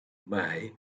may